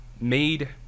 made